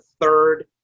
third